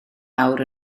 awr